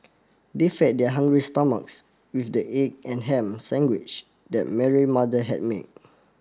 they fed their hungry stomachs with the egg and ham sandwich that Mary mother had made